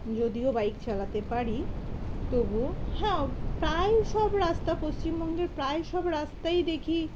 যদিও বাইক চালাতে পারি তবুও হ্যাঁ প্রায় সব রাস্তা পশ্চিমবঙ্গের প্রায় সব রাস্তাই দেখি